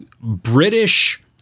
British